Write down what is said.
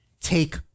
take